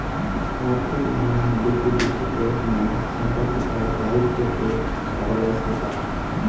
आर्थिक मामला में लिक्विडिटी के माने संपत्ति अउर दाईत्व के बदलाव से बा